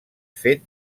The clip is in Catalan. fet